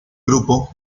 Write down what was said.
grupo